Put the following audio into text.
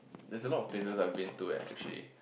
there's a lot of places I've been to eh actually